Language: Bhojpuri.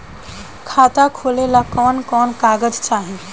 खाता खोलेला कवन कवन कागज चाहीं?